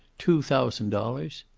two thousand dollars!